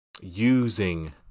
using